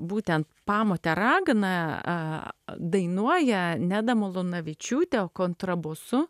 būtent pamotę raganą dainuoja neda malūnavičiūtė kontrabosu